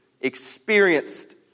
experienced